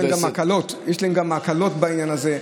יש להם גם הקלות בעניין הזה.